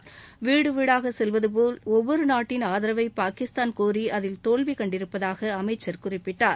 இன்று வீடு வீடாக செல்வதபோல் ஒவ்வொரு நாட்டின் ஆதரவை பாகிஸ்தான கோரி அதில் தோல்வி கண்டிருப்பதாக அமைச்சர் குறிப்பிட்டார்